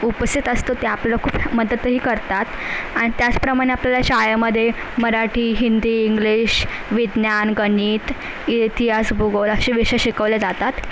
उपस्थित असतो ते आपलं खूप मदतही करतात आणि त्याचप्रमाणे आपल्याला शाळेमध्ये मराठी हिंदी इंग्लिश विज्ञान गणित इतिहास भूगोल असे विषय शिकवले जातात आणि